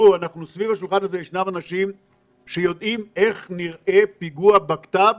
סביב השולחן הזה ישנם אנשים שיודעים איך נראה פיגוע בקת"ב